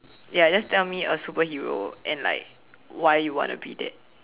ya just tell me a superhero and like why you want to be that